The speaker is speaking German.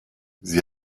sie